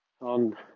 on